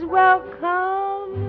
welcome